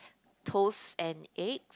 toasts and egg